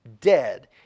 dead